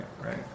Right